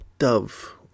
dove